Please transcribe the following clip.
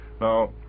Now